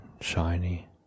shiny